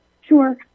sure